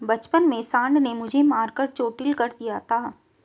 बचपन में सांड ने मुझे मारकर चोटील कर दिया था